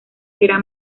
será